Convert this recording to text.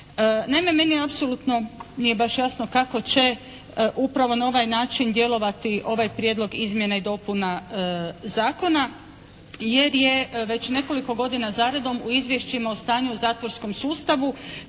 Naime, meni apsolutno nije baš jasno kako će upravo na ovaj način djelovati ovaj prijedlog izmjena i dopuna zakona jer je već nekoliko godina za redom u izvješćima o stanju u zatvorskom sustavu